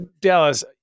Dallas